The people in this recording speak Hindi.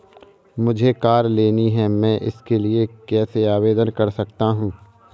मुझे कार लेनी है मैं इसके लिए कैसे आवेदन कर सकता हूँ?